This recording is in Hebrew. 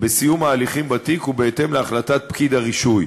בסיום ההליכים בתיק ובהתאם להחלטת פקיד הרישוי.